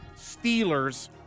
Steelers